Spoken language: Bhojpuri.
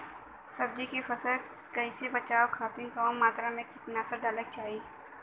सब्जी के फसल के कियेसे बचाव खातिन कवन मात्रा में कीटनाशक डाले के चाही?